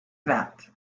that